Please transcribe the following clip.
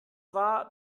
war